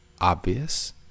obvious